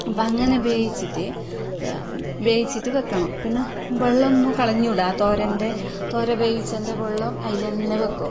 അപ്പം അങ്ങനെ വേവിച്ചിട്ട് വേവിച്ചിട്ട് വെക്കണം പിന്നെ വെള്ളമൊന്നും കളഞ്ഞുകൂട തോരേൻ്റെ തോര വേവിച്ചതിൻ്റെ വെള്ളം അതിൽ തന്നെ വെക്കും